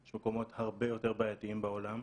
יש מקומות הרבה יותר בעייתיים בעולם.